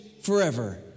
forever